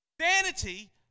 Vanity